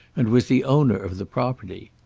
and was the owner of the property.